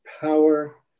power